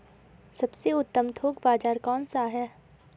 सबसे उत्तम थोक बाज़ार कौन सा है?